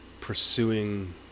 pursuing